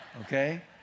Okay